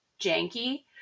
janky